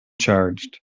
charged